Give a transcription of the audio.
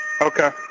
Okay